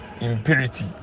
impurity